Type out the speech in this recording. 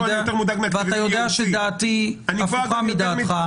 -- אז פה אני מודאג יותר ----- שדעתי הפוכה מדעתך.